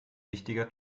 wichtiger